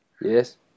Yes